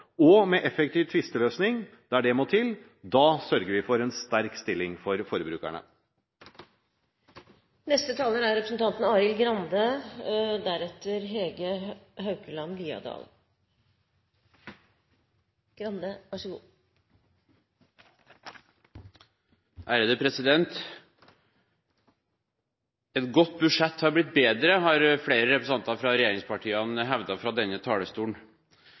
forbrukere, med tilgjengeliggjøring av informasjon som gjør oss i stand til å ta informerte valg, og med effektiv tvisteløsning der det må til, sørger vi for en sterk stilling for forbrukerne. Et godt budsjett har blitt bedre, har flere representanter fra regjeringspartiene hevdet fra denne talerstolen.